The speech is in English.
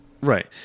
Right